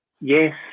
yes